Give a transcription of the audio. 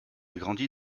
grandi